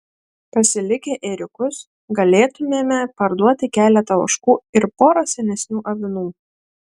pasilikę ėriukus galėtumėme parduoti keletą ožkų ir porą senesnių avinų